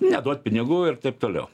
neduot pinigų ir taip toliau